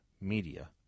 media